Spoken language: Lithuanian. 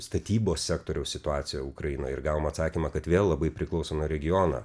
statybos sektoriaus situacija ukrainoj ir gavom atsakymą kad vėl labai priklauso nuo regiono